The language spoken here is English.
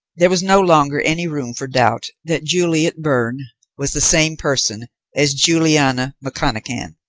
there was no longer any room for doubt that juliet byrne was the same person as juliana mcconachan,